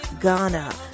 Ghana